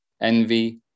envy